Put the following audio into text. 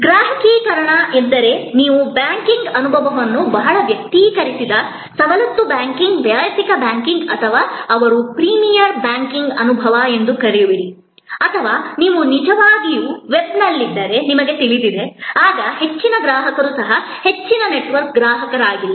ಗ್ರಾಹಕೀಕರಣ ಎಂದರೆ ನೀವು ಬ್ಯಾಂಕಿಂಗ್ ಅನುಭವವನ್ನು ಬಹಳ ವೈಯಕ್ತೀಕರಿಸಿದ ಸವಲತ್ತು ಬ್ಯಾಂಕಿಂಗ್ ವೈಯಕ್ತಿಕ ಬ್ಯಾಂಕಿಂಗ್ ಅಥವಾ ಅವರು ಪ್ರೀಮಿಯರ್ ಬ್ಯಾಂಕಿಂಗ್ ಅನುಭವ ಎಂದು ಕರೆಯುವಿರಿ ಅಥವಾ ನೀವು ನಿಜವಾಗಿಯೂ ವೆಬ್ನಲ್ಲಿದ್ದರೆ ನಿಮಗೆ ತಿಳಿದಿದೆ ಆಗ ಹೆಚ್ಚಿನ ಗ್ರಾಹಕರು ಸಹ ಹೆಚ್ಚಿನ ನೆಟ್ವರ್ಕ್ ಗ್ರಾಹಕರಾಗಿಲ್ಲ